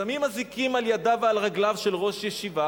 שמים אזיקים על ידיו ועל רגליו של ראש ישיבה,